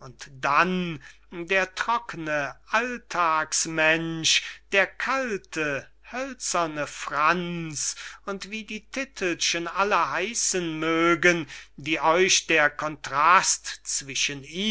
und dann der trockne alltagsmensch der kalte hölzerne franz und wie die titelgen alle heissen mögen die euch der contrast zwischen